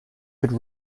could